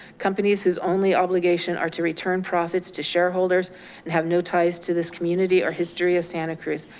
companies whose only obligation are to return profits to shareholders and have no ties to this community or history of santa cruz.